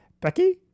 Becky